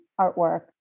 artwork